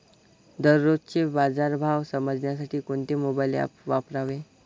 दररोजचे बाजार भाव समजण्यासाठी कोणते मोबाईल ॲप वापरावे?